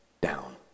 down